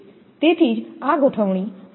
તેથી જ આ ગોઠવણી આ આકૃતિ આ ઉદાહરણ 3 જેવી છે